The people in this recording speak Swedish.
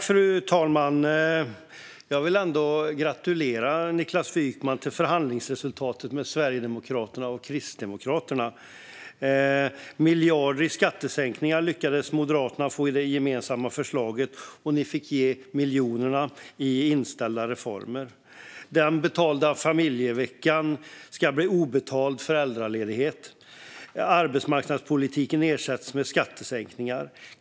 Fru talman! Jag vill ändå gratulera Niklas Wykman till förhandlingsresultatet med Sverigedemokraterna och Kristdemokraterna. I det gemensamma förslaget lyckades Moderaterna få miljarder i skattesänkningar, medan ni fick ge miljoner i inställda reformer. Den betalda familjeveckan ska bli obetald föräldraledighet. Arbetsmarknadspolitiken ersätts med skattesänkningar.